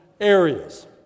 areas